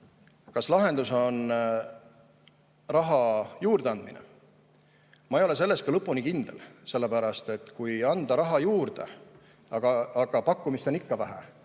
Kas lahendus on raha juurde andmine? Ma ei ole selles lõpuni kindel, sellepärast et kui anda raha juurde, aga pakkumist on ikka vähe,